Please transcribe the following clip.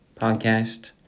podcast